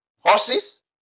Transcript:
Horses